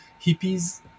hippies